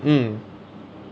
mm